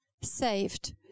Saved